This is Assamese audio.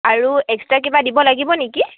আৰু এক্সট্ৰা কিবা দিব লাগিব নেকি